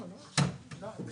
זה לא משרד הקליטה.